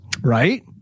right